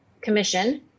commission